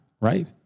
Right